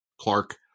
Clark